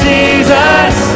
Jesus